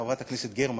חברת הכנסת גרמן.